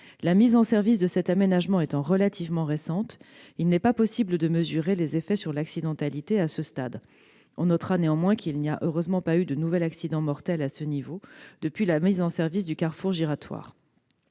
La mise en service de cet aménagement étant relativement récente, il n'est pas possible, à ce stade, de mesurer les effets sur l'accidentalité. On notera néanmoins qu'il n'y a heureusement pas eu de nouvel accident mortel à ce niveau depuis la mise en service du carrefour giratoire.